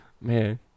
man